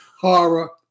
Horror